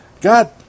God